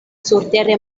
surtere